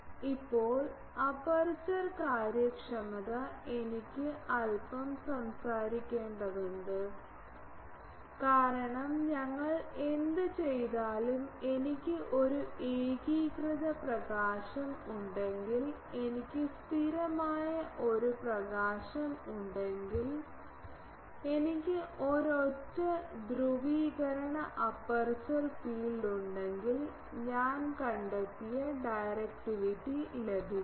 ഇപ്പോൾ അപ്പർച്ചർ കാര്യക്ഷമത എനിക്ക് അൽപ്പം സംസാരിക്കേണ്ടതുണ്ട് കാരണം ഞങ്ങൾ എന്തുചെയ്താലും എനിക്ക് ഒരു ഏകീകൃത പ്രകാശം ഉണ്ടെങ്കിൽ എനിക്ക് സ്ഥിരമായ ഒരു പ്രകാശം ഉണ്ടെങ്കിൽ എനിക്ക് ഒരൊറ്റ ധ്രുവീകരണ അപ്പർച്ചർ ഫീൽഡ് ഉണ്ടെങ്കിൽ ഞാൻ കണ്ടെത്തിയ ഡയറക്റ്റിവിറ്റി ലഭിക്കും